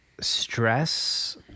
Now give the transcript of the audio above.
Stress